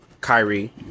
Kyrie